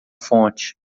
fonte